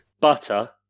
butter